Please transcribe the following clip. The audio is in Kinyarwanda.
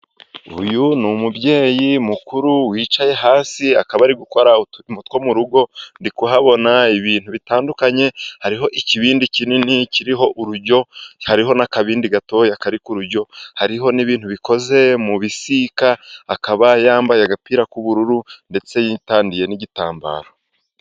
Uyu ni umubyeyi mukuru wicaye hasi akaba ari gukora two mu rugo, ndikuhabona ibintu bitandukanye, hariho ikibindi kinini kiriho urujyo, hariho n'akabindi gatoya kari ku rujyo, hariho n'ibintu bikoze mu bisika, akaba yambaye agapira k'ubururu ndetse yitandiye n'igitambaro.